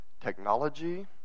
technology